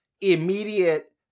immediate